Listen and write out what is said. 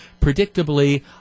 Predictably